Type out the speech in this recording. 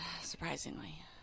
surprisingly